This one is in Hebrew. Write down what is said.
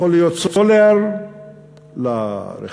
יכול להיות סולר לרכבים,